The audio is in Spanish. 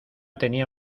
tenía